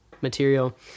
material